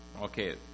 okay